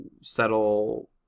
settle